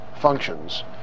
functions